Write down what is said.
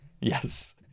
Yes